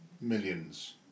Millions